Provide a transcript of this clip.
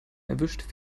erwischt